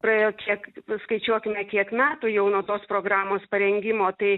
praėjo kiek skaičiuokime kiek metų jau nuo tos programos parengimo tai